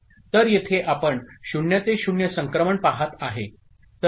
तर येथे आपण 0 ते 0 संक्रमण पाहत आहे